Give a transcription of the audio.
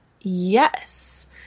yes